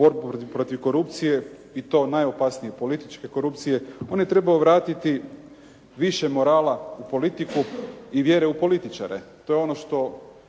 borbi protiv korupcije i to najopasnije političke korupcije. On je trebao vratiti više morala u politiku i vjere u političare. To je ono što